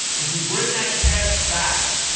if you bring that cash back,